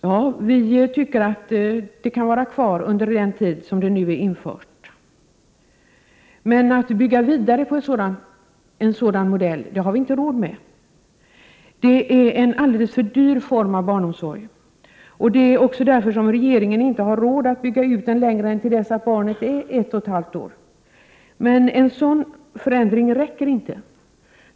Ja, vi tycker att den kan vara kvar under den tid för vilken den nu har införts, men det finns inte pengar till att bygga vidare på en sådan modell. Det är en alldeles för dyr form av barnomsorg, och det är också därför som regeringen inte har råd att bygga ut den längre än till dess att barnet är ett och ett halvt år. En sådan förändring räcker inte.